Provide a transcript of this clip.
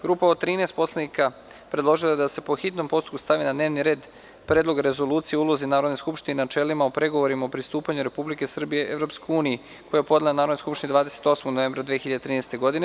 Grupa od 13 narodnih poslanika predložila je da se po hitnom postupku stavi na dnevni red Predlog rezolucije o ulozi Narodne skupštine i načelima u pregovorima o pristupanju Republike Srbije Evropskoj uniji, koji je podnela Narodnoj skupštini 28. novembra 2013. godine.